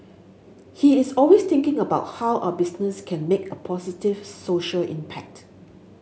he is always thinking about how our business can make a positive social impact